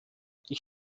ich